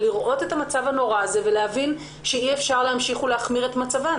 לראות את המצב הנורא הזה ולהבין שאי-אפשר להמשיך ולהחמיר את מצבן